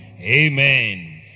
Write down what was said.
Amen